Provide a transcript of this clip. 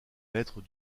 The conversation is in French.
maîtres